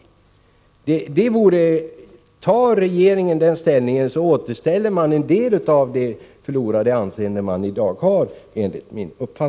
Gör regeringen så, återfår den enligt min uppfattning en del av det anseende som den i dag förlorat.